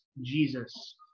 Jesus